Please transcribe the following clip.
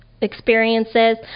experiences